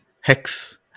Hex